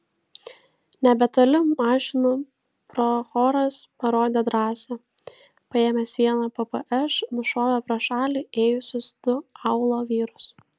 nebetoli mašinų prochoras parodė drąsą paėmęs vieną ppš nušovė pro šalį ėjusius du aūlo vyrus